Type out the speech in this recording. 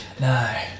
No